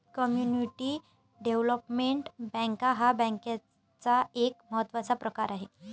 community development bank हा बँकेचा एक महत्त्वाचा प्रकार आहे